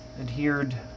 adhered